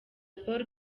paul